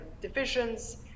divisions